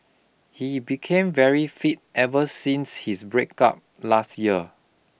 he became very fit ever since his breakup last year